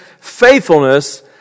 faithfulness